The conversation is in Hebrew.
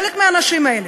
חלק מהאנשים האלה,